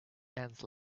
danced